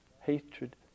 Hatred